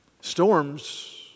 Storms